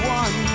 one